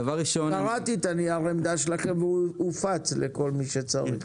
קראתי את נייר העמדה שלכם והוא הופץ לכל מי שצריך.